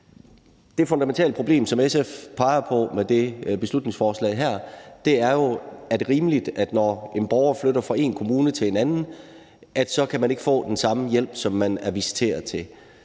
Det fundamentale problem, som SF peger på med det her beslutningsforslag, er jo, om det er rimeligt, når man som borger flytter fra én kommune til en anden, at man så ikke kan få den samme hjælp, som man er visiteret til.